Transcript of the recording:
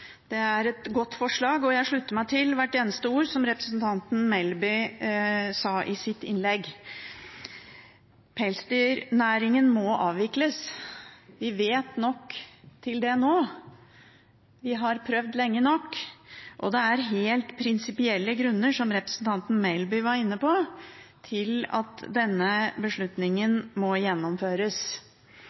Det er et godt forslag, og jeg slutter meg til hvert eneste ord som representanten Melby sa i sitt innlegg. Pelsdyrnæringen må avvikles. Vi vet nok til det nå. Vi har prøvd lenge nok, og det er helt prinsipielle grunner, som representanten Melby var inne på, til at denne beslutningen må